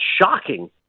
shocking